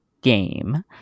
game